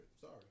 Sorry